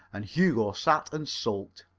and hugo sat and sulked.